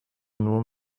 nur